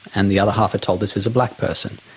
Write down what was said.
and the other half are told this is a black person.